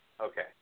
Okay